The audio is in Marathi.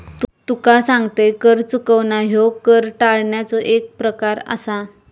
तुका सांगतंय, कर चुकवणा ह्यो कर टाळण्याचो एक प्रकार आसा